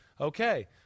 Okay